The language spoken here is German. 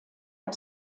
der